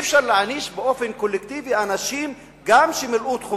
אי-אפשר להעניש באופן קולקטיבי גם אנשים שמילאו את חובתם.